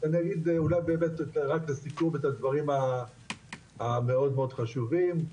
באמת רק את הסיכום, את הדברים המאוד מאוד חשובים.